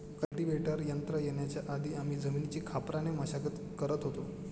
cultivator यंत्र येण्याच्या आधी आम्ही जमिनीची खापराने मशागत करत होतो